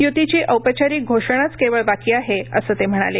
य्तीची औपचारिक घोषणाच केवळ बाकी आहे असं ते म्हणाले